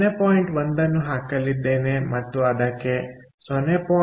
1 ಅನ್ನು ಹಾಕಲಿದ್ದೇನೆ ಮತ್ತು ಅದಕ್ಕೆ 0